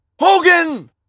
Hogan